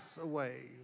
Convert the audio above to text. away